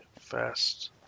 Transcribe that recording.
fast